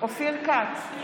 אופיר כץ,